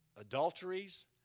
adulteries